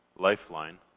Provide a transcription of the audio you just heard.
lifeline